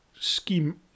scheme